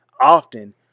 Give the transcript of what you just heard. often